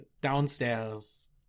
downstairs